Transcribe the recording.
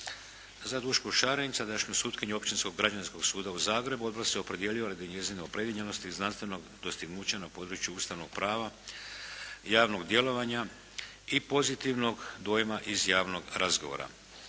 Za Dušku Šarin, sadašnju sutkinju Općinskog građanskog suda u Zagrebu, odbor se opredijelio radi njezine opredinjenosti znanstvenog dostignuća na području ustavnog prava, javnog djelovanja i pozitivnog dojma iz javnog razgovora.